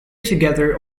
together